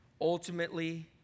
ultimately